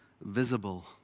visible